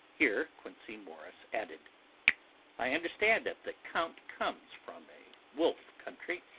here quincey morris added i understand that the count comes from a wolf country,